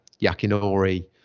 yakinori